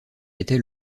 était